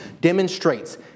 demonstrates